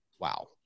Wow